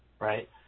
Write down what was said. Right